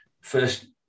first